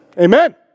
Amen